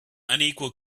unequal